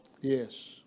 Yes